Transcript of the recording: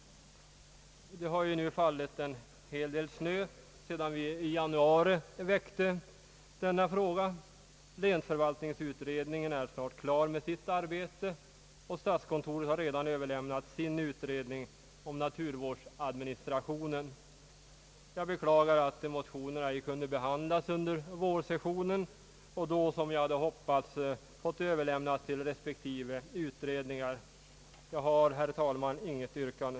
Det har nu fallit en hel del snö sedan vi i januari väckte denna fråga. Länsförvaltningsutredningen är snart klar med sitt arbete, och statskontoret har redan överlämnat sin utredning om naturvårdsadministrationen. Jag beklagar att motionerna ej kunde behandlas under vårsessionen och då — som jag hade hoppats — fått överlämnas till respektive utredningar. Herr talman! Jag har inget yrkande.